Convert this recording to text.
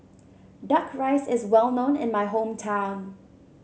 duck rice is well known in my hometown